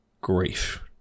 Grief